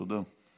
תודה.